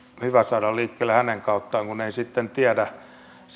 hyvä saada liikkeelle hänen kauttaan kun ei sitten tiedä